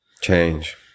Change